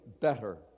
better